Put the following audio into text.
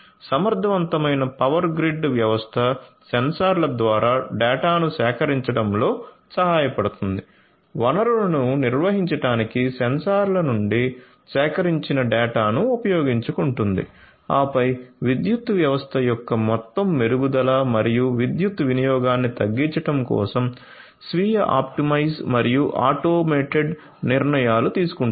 సమర్థవంతమైన power grid వ్యవస్థ సెన్సార్ల ద్వారా డేటాను సేకరించడంలో సహాయపడుతుంది వనరులను నిర్వహించడానికి సెన్సార్ల నుండి సేకరించిన డేటాను ఉపయోగించుకుంటుంది ఆపై విద్యుత్తు వ్యవస్థ యొక్క మొత్తం మెరుగుదల మరియు విద్యుత్ వినియోగాన్ని తగ్గించడం కోసం స్వీయ ఆప్టిమైజ్ మరియు ఆటోమేటెడ్ నిర్ణయాలు తీసుకుంటుంది